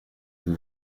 vous